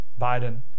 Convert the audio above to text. Biden